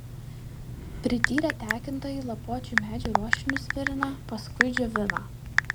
prityrę tekintojai lapuočių medžių ruošinius virina paskui džiovina